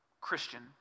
Christian